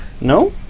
No